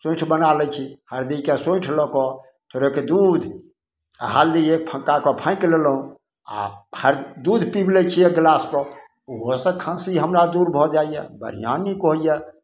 सोँठि बना लै छी हरदिके सोँठि लऽ कऽ थोड़ेक दूध आओर हल्दी एक फक्का कऽ फाँकि लेलहुँ आओर हर दूध पीबि लै छी एक गिलासके ओहोसे खाँसी हमरा दूर भऽ जाइए बढ़िआँ नीक होइए